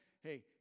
Hey